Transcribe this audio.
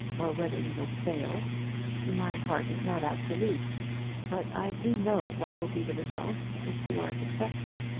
or whether you will fail my heart is not absolute but i do know what will be the result if you are successful.